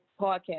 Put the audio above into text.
podcast